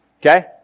Okay